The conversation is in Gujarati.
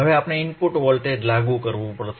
હવે આપણે ઇનપુટ વોલ્ટેજ લાગુ કરવું પડશે